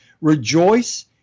rejoice